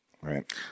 Right